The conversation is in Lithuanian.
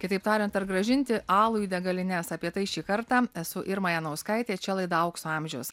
kitaip tariant ar grąžinti alų į degalines apie tai šį kartą esu irma janauskaitė čia laida aukso amžiaus